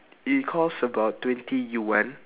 it costs about twenty yuan